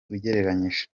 ugereranyije